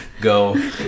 go